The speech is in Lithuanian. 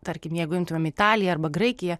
tarkim jeigu imtumėm italiją arba graikiją